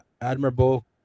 admirable